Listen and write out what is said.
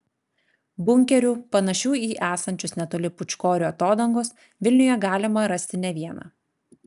bunkerių panašių į esančius netoli pūčkorių atodangos vilniuje galima rasti ne vieną